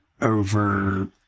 over